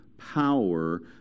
power